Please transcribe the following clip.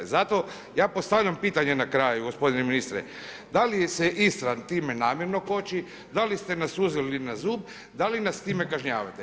Zato, ja postavljam pitanje na kraju gospodine ministre, da li se Istran time namjerno koči, da li ste nas uzeli na zub, da li nas s time kažnjavate?